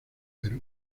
perú